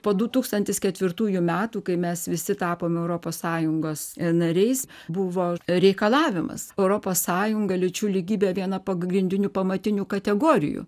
po du tūkstantis ketvirtųjų metų kai mes visi tapome europos sąjungos nariais buvo reikalavimas europos sąjunga lyčių lygybė viena pagrindinių pamatinių kategorijų